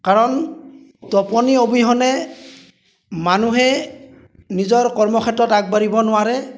কাৰণ টোপনি অবিহনে মানুহে নিজৰ কৰ্মক্ষেত্ৰত আগবাঢ়িব নোৱাৰে